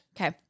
Okay